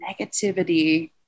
negativity